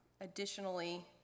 Additionally